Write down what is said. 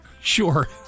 Sure